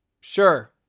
Sure